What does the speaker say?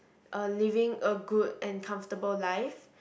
uh living a good and comfortable life